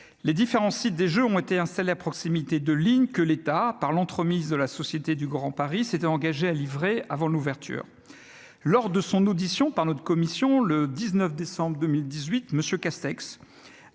Les différents sites ont été installés à proximité de lignes que l'État, par l'entremise de la Société du Grand Paris, s'était engagé à livrer avant l'ouverture de ces jeux. Lors de son audition par notre commission, le 19 décembre 2018, M. Castex,